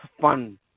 fun